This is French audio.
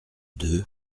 deux